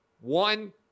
one